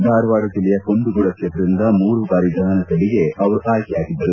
ಧಾರವಾಡ ಜಿಲ್ಲೆಯ ಕುಂದಗೋಳ ಕ್ಷೇತ್ರದಿಂದ ಮೂರು ಬಾರಿ ವಿಧಾನಸಭೆಗೆ ಆಯ್ಲೆಯಾಗಿದ್ದರು